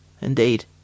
indeed